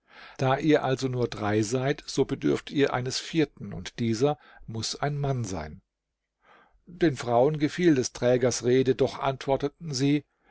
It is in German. da ihr also nur drei seid so bedürft ihr eines vierten und dieser muß ein mann sein den frauen gefiel des trägers rede doch antworteten sie